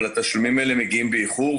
אבל התשלומים האלה מגיעים באיחור,